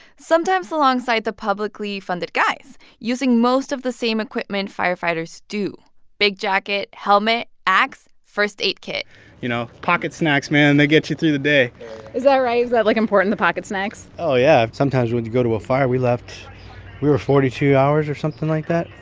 sometimes alongside the publicly funded guys, using most of the same equipment firefighters do big jacket, helmet, axe, first-aid kit you know, pocket snacks, man, they get you through the day is that right? is that, like, important the pocket snacks? oh, yeah. sometimes when and you go to a fire, we left we were forty two hours or something like that.